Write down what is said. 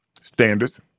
standards